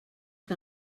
que